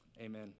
Amen